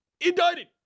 indicted